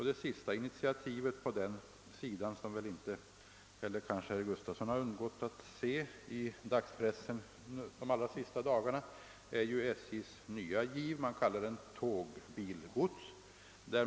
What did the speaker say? Det senaste initiativet på den sidan, som kanske inte heller herr Gustavsson har undgått att se i dagspressen de allra senaste dagarna, är ju SJ:s nya giv — man kallar den tåg—bil gods.